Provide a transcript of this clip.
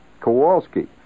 Kowalski